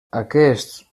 aquests